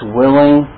willing